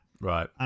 Right